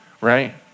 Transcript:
right